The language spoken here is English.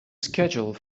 schedule